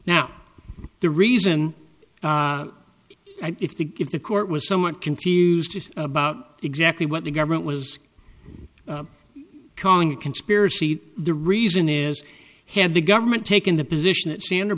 now the reason if the if the court was so much confused about exactly what the government was calling a conspiracy the reason is had the government taken the position that sand